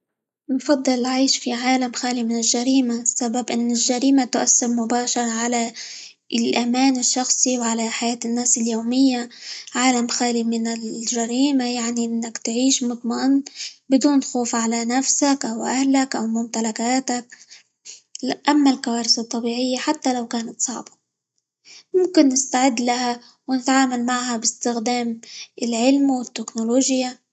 نفضل العيش في عالم خالي من الجريمة؛ السبب إن الجريمة تؤثر مباشر على الأمان الشخصي، وعلى حياة الناس اليومية، عالم خالي من -ال- الجريمة يعني إنك تعيش مطمئن بدون خوف على نفسك، أو أهلك، أو ممتلكاتك، أما الكوارث الطبيعية حتى لو كانت صعبة، ممكن نستعد لها، ونتعامل معها باستخدام العلم، والتكنولوجيا.